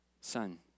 Son